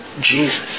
Jesus